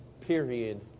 period